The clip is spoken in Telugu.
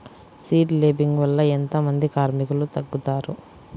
సీడ్ లేంబింగ్ వల్ల ఎంత మంది కార్మికులు తగ్గుతారు?